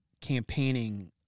campaigning